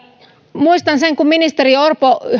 muistan sen että kun ministeri orpo